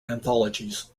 anthologies